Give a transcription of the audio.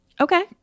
Okay